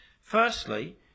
Firstly